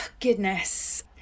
Goodness